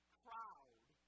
crowd